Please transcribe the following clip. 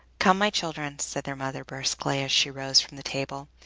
come, my children, said their mother briskly, as she rose from the table,